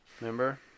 Remember